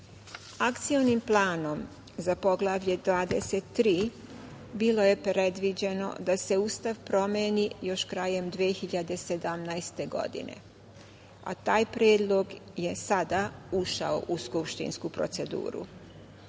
KiM.Akcionim planom za Poglavlje 23 bilo je predviđeno da se Ustava promeni još krajem 2017. godine, a taj predlog je sada ušao u skupštinsku proceduru.